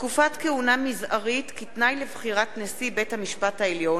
(תקופת כהונה מזערית כתנאי לבחירת נשיא בית-המשפט העליון),